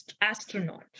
astronaut